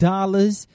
Dollars